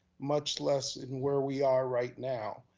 much less in where we are right now.